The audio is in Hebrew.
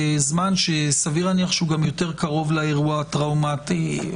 בזמן שסביר להניח שהוא יותר קרוב לאירוע הטראומתי,